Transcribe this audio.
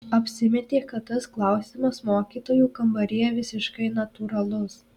apsimetė kad tas klausimas mokytojų kambaryje visiškai natūralus